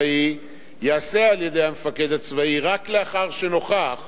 ייעשה על-ידי המפקד הצבאי רק לאחר שנוכח